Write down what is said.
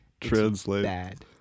translate